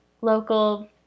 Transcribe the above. local